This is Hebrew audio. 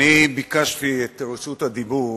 אני ביקשתי את רשות הדיבור